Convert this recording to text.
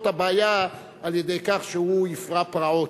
את הבעיה על-ידי כך שהוא יפרע פרעות.